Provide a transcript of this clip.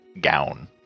gown